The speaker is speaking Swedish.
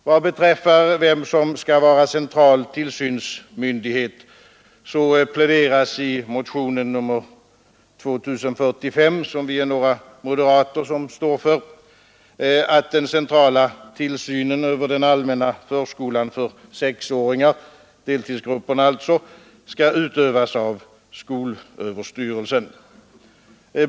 Vad beträffar vem som skall vara central tillsynsmyndighet pläderas i motionen 2045, som några moderater står för, för att den centrala tillsynen över den allmänna förskolan för sexåringar, deltidsgrupperna alltså, skall utövas av skolöverstyrelsen.